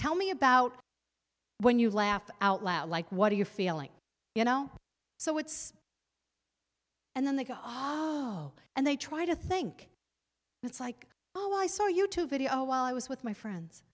tell me about when you laugh out loud like what are you feeling you know so it's and then they go oh and they try to think it's like oh i saw you tube video while i was with my friends